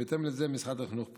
בהתאם לזה משרד החינוך פועל.